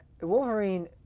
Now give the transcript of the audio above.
Wolverine